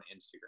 Instagram